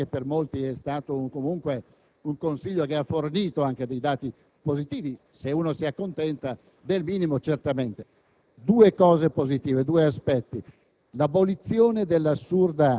non solo l'edificio è stato abbattuto, ma sono stati allontanati anche tutti i possibili interventi per realizzare un nuovo cantiere. Due cose soltanto